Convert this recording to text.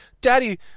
Daddy